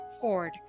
ford